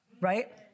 right